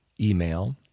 email